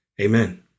Amen